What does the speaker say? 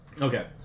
Okay